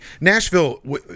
Nashville